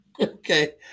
Okay